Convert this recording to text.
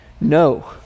No